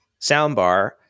soundbar